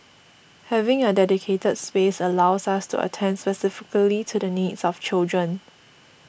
having a dedicated space allows us to attend specifically to the needs of children